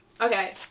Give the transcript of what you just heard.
okay